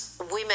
women